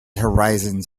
horizons